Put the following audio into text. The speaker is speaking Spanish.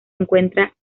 encuentra